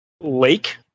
Lake